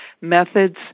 methods